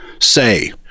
Say